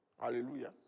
Hallelujah